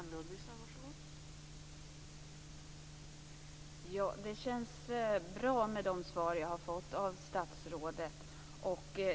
Fru talman! Det känns bra med de svar som jag har fått av statsrådet.